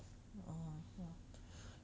oh ya